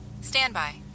Standby